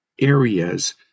areas